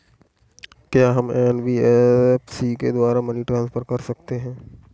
क्या हम एन.बी.एफ.सी के द्वारा मनी ट्रांसफर कर सकते हैं?